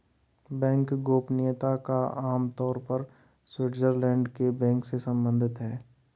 bank गोपनीयता आम तौर पर स्विटज़रलैंड के बैंक से सम्बंधित है